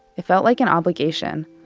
it felt like an obligation.